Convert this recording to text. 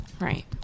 Right